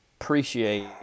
appreciate